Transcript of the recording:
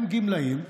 הם גמלאים,